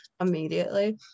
immediately